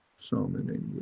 so many